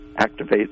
activate